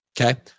Okay